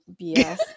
BS